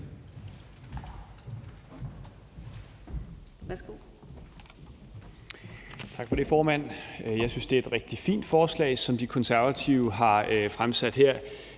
Tak for det, formand. Jeg synes, det er et rigtig fint forslag, som De Konservative har fremsat her.